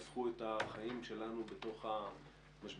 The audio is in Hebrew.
והן יהפכו את החיים שלנו בתוך המשבר